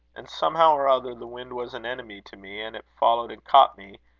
and, somehow or other, the wind was an enemy to me, and it followed and caught me,